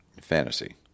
fantasy